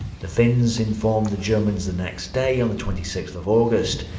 the finns informed the germans the next day, on the twenty sixth of august.